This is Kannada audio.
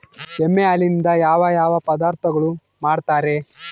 ಎಮ್ಮೆ ಹಾಲಿನಿಂದ ಯಾವ ಯಾವ ಪದಾರ್ಥಗಳು ಮಾಡ್ತಾರೆ?